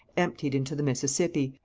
emptied into the mississippi,